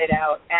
out